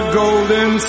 golden